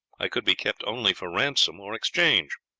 i could be kept only for ransom or exchange.